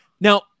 Now